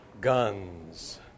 guns